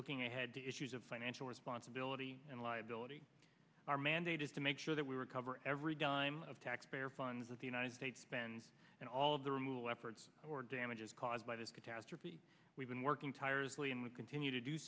looking ahead to issues of financial responsibility and liability are mandated to make sure that we recover every dime of taxpayer ones that the united states spends and all of the removal efforts or damages caused by this catastrophe we've been working tirelessly and we continue to do